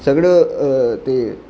सॻिड़ो ते